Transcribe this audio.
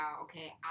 okay